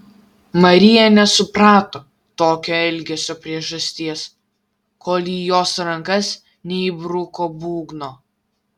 marija nesuprato tokio elgesio priežasties kol į jos rankas neįbruko būgno